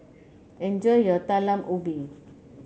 enjoy your Talam Ubi